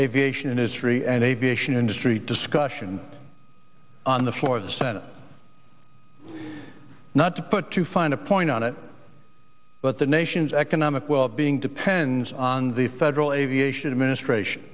aviation and a tree and aviation industry discussion on the floor of the senate not to put too fine a point on it but the nation's economic well being depends on the federal aviation administration